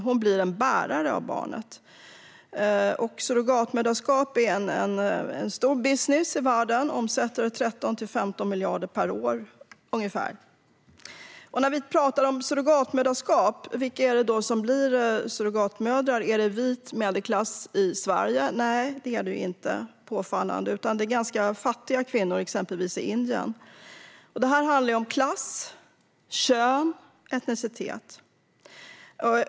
Hon blir en bärare av barnet. Surrogatmoderskap är en stor business i världen. Det omsätter ungefär 13-15 miljarder per år. Vilka är det då som blir surrogatmödrar? Är det en vit kvinna av medelklass i Sverige? Nej, det är det ju inte, utan det är ganska fattiga kvinnor i exempelvis Indien. Det handlar om klass, kön och etnicitet.